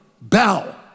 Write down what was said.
bow